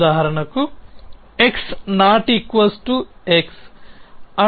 ఉదాహరణకు x≠x